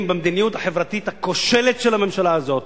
במדיניות החברתית הכושלת של הממשלה הזאת,